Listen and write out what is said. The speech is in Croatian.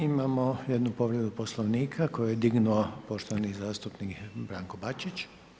Hvala, imamo jednu povredu Poslovnika koju je dignuo poštovani zastupnik Branko Bačić.